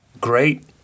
great